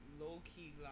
low-key